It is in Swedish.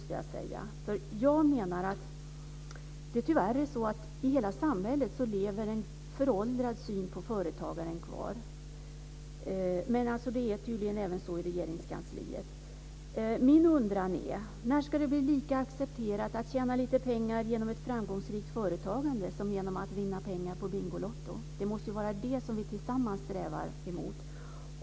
I hela samhället lever det tyvärr kvar en föråldrad syn på företagande, och så är det tydligen även i Regeringskansliet. Min undran är: När ska det bli lika accepterat att tjäna pengar genom ett framgångsrikt företagande som att vinna pengar på Bingolotto? Det måste vara det som vi tillsammans strävar mot.